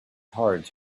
hard